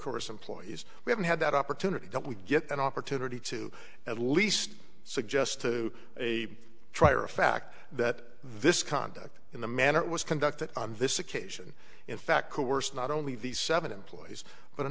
course employees we haven't had that opportunity that we get an opportunity to at least suggest to a trier of fact that this conduct in the manner it was conducted on this occasion in fact coerced not only these seven employees but a